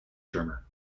drummer